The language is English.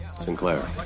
Sinclair